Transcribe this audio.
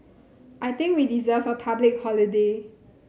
I think we deserve a public holiday